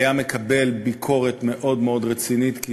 והיה מקבל ביקורת מאוד מאוד רצינית כי